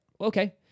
Okay